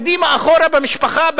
קדימה ואחורה במשפחה,